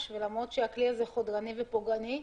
ולמרות שהכלי הזה הוא חודרני ופוגעני,